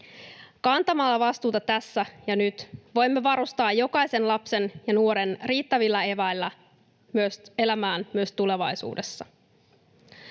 Kantamalla vastuuta tässä ja nyt voimme varustaa jokaisen lapsen ja nuoren riittävillä eväillä elämään myös tulevaisuudessa.